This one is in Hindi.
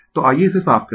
तो आइये इसे साफ करें